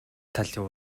талын